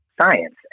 science